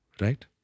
right